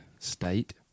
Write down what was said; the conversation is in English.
State